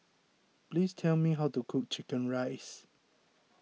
please tell me how to cook Chicken Rice